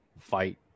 fight